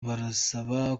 barasaba